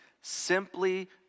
simply